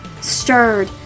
stirred